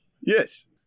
Yes